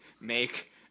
make